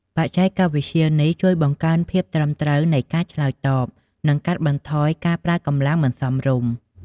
បច្ចេកវិទ្យានេះជួយបង្កើនភាពត្រឹមត្រូវនៃការឆ្លើយតប និងកាត់បន្ថយការប្រើកម្លាំងមិនសមរម្យ។